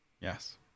Yes